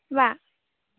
मा